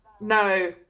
No